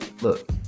look